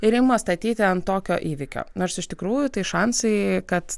ir imasi statyti ant tokio įvykio nors iš tikrųjų tai šansai kad